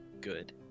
good